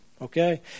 Okay